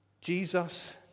Jesus